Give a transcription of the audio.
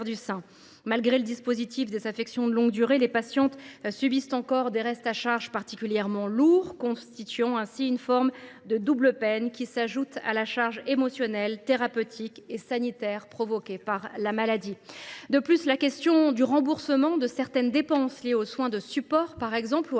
du sein. Malgré le dispositif des ALD, les patientes subissent encore des restes à charge particulièrement lourds, constituant ainsi une forme de double peine, qui s’ajoute à la charge émotionnelle, thérapeutique et sanitaire provoquée par la maladie. De plus, la question du remboursement de certaines dépenses liées aux soins de support, par exemple, ou